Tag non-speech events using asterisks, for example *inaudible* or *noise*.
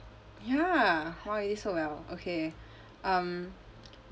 ya okay um *noise*